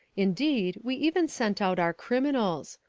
indeed we even sent out our criminals.